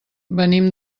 venim